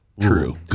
true